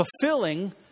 fulfilling